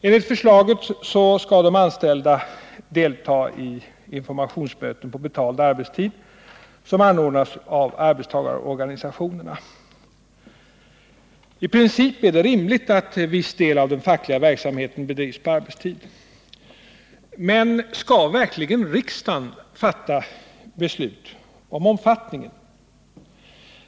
Enligt förslaget skall de anställda delta i informationsmöten på betald arbetstid som anordnas av arbetstagarorganisationerna. I princip är det rimligt att viss del av den fackliga verksamheten bedrivs på arbetstid. Men skall verkligen riksdagen fatta beslut om omfattningen?